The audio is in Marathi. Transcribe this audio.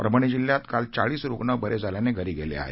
परभणी जिल्ह्यात काल चाळीस रुग्ण बरे झाल्याने घरी गेले आहेत